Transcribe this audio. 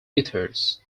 ethers